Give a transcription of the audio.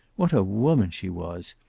what a woman she was!